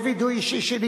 זה וידוי אישי שלי.